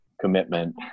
commitment